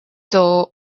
door